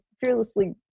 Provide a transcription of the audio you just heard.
fearlessly